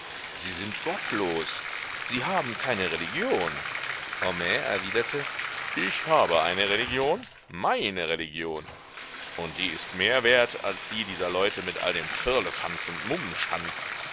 sie sind gottlos sie haben keine religion homais erwiderte ich habe eine religion meine religion und die ist mehr wert als die dieser leute mit all dem firlefanz und